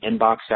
inbox